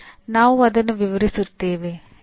ನಾವು ಅದನ್ನು ವಿವರಿಸುತ್ತೇವೆ